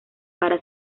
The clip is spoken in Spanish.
para